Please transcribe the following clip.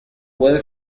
puede